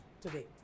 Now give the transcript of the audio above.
today